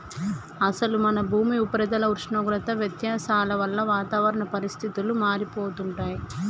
అసలు మన భూమి ఉపరితల ఉష్ణోగ్రత వ్యత్యాసాల వల్ల వాతావరణ పరిస్థితులు మారిపోతుంటాయి